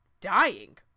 dying